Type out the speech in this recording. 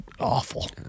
Awful